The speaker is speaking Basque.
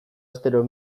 astero